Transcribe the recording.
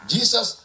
Jesus